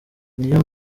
niyo